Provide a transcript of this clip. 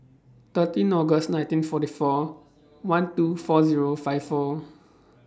thirteen August nineteen forty four one two four Zero five four